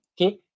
okay